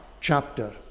chapter